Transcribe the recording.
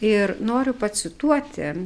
ir noriu pacituoti